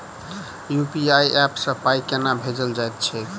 UPI app सँ पाई केना भेजल जाइत छैक?